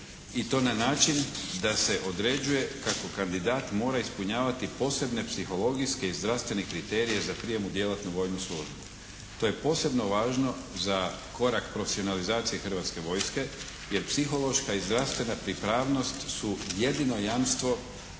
i to na način da se određuje kako kandidat mora ispunjavati posebne psihologijske i zdravstvene kriterije za prijem u djelatnu vojnu službu. To je posebno važno za korak profesionalizacije Hrvatske vojske jer psihološka i zdravstvena pripravnost su jedino jamstvo